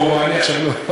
בוא עכשיו לא,